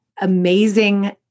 amazing